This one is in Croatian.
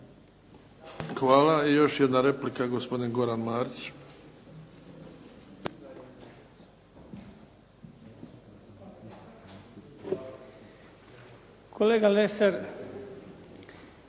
Hvala. I još jedna replika, gospodin Goran Marić. **Marić,